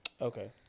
Okay